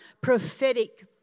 prophetic